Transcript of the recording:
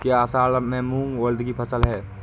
क्या असड़ में मूंग उर्द कि फसल है?